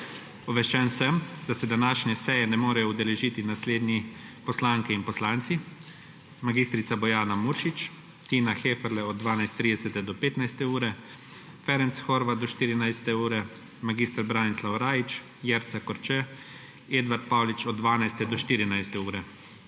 Obveščen sem, da se današnje seje ne morejo udeležiti naslednji poslanke in poslanci: mag. Bojana Muršič, Tina Heferle od 12.30 do 15. ure, Ferenc Horváth do 14. ure, mag. Branislav Rajić, Jerca Korče, Edvard Paulič od 12. do 14.